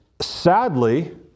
sadly